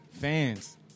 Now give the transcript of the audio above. fans